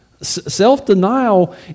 Self-denial